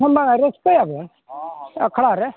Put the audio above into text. ᱦᱮᱸ ᱵᱟᱝ ᱨᱟᱹᱥᱠᱟᱹᱭᱟ ᱵᱚᱱ ᱟᱠᱷᱲᱟ ᱨᱮ